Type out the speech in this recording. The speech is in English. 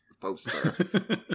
poster